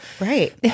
Right